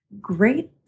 great